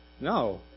No